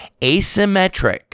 asymmetric